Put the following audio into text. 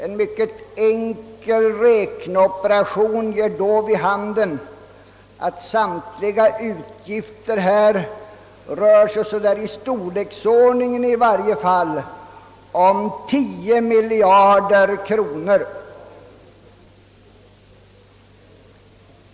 En mycket enkel räkneoperation ger då vid handen att samtliga utgifter rör sig i storleksordningen 10 miljarder kronor.